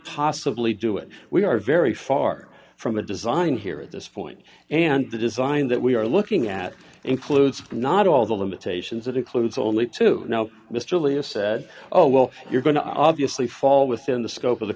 possibly do it we are very far from a design here at this point and the design that we are looking at includes not all the limitations that includes only two now mr lee has said oh well you're going to obviously fall within the scope of the